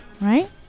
right